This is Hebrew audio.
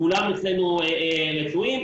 כולם אצלנו רצויים,